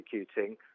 executing